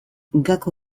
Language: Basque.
gako